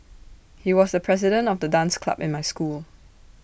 he was the president of the dance club in my school